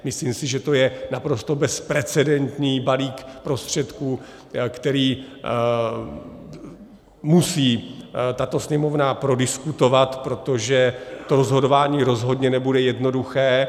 Myslím si, že to je naprosto bezprecedentní balík prostředků, který musí tato Sněmovna prodiskutovat, protože to rozhodování rozhodně nebude jednoduché.